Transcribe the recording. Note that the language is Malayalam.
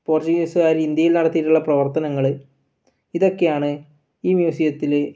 പോർച്ചുഗീസുകാർ ഇന്ത്യയിൽ നടത്തിയിട്ടുള്ള പ്രവർത്തനങ്ങൾ ഇതൊക്കെയാണ് ഈ മ്യൂസിയത്തിൽ